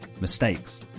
mistakes